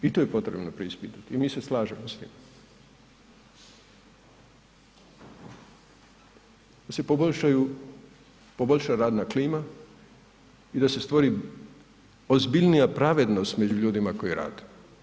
I to je potrebno preispitati i mi se slažemo s tim da se poboljša radna klima i da se stvori ozbiljnija pravednost među ljudima koji rade.